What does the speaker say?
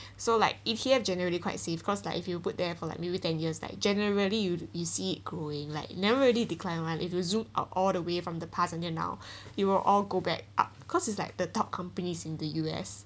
so like E_T_F generally quite safe cause like if you put there for like maybe ten years that generally you you see growing like never decline [one] if you zoom out all the way from the past ten years now you're all go back up cause it's like the top companies in the U_S